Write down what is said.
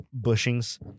bushings